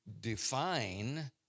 define